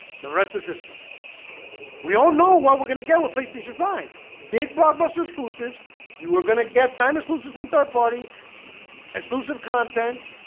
the rest is history we all know what we're gonna get what playstation big blockbuster exclusives you are gonna get time exclusive from third-party exclusive content